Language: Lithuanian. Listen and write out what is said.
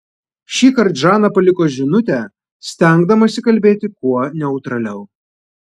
šįkart žana paliko žinutę stengdamasi kalbėti kuo neutraliau